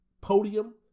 podium